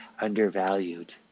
undervalued